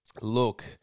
Look